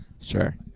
Sure